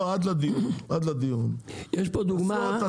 עד לדיון שנקיים אני